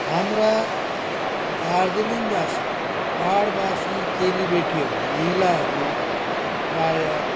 हाम्रा दार्जिलिङवासी पाहाडवासी चेलीबेटीहरू महिलाहरू प्रायः